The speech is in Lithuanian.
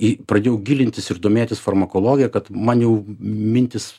į pradėjau gilintis ir domėtis farmakologija kad man jau mintys